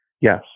Yes